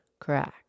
Correct